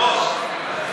היושב-ראש,